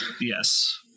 Yes